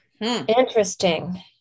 interesting